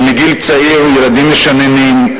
שמגיל צעיר ילדים משננים,